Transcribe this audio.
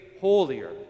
holier